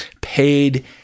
paid